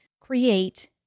create